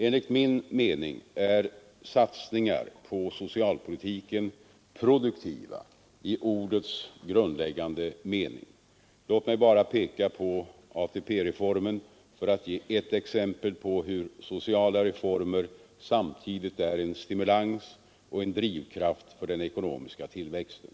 Enligt min mening är satsningar på socialpolitiken produktiva i ordets grundläggande mening. Låt mig bara peka på ATP-reformen för att ge ett exempel på hur sociala reformer samtidigt är en stimulans och en drivkraft för den ekonomiska tillväxten.